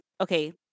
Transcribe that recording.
okay